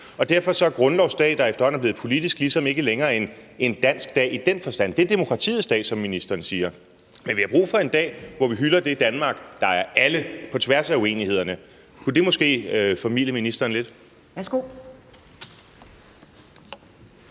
og derfor er grundlovsdag, der efterhånden er blevet politisk, ligesom ikke længere en dansk dag i den forstand – det er demokratiets dag, som ministeren siger. Men vi har brug for en dag, hvor vi hylder det Danmark, der er alles, på tværs af uenighederne. Kunne det måske formilde ministeren lidt?